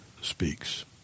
speaks